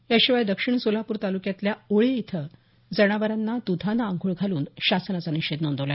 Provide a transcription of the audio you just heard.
याशिवाय दक्षिण सोलापूर तालुक्यातील उळे इथं जनावरांना दुधाने अंघोळ घालून शासनाचा निषेध नोंदवला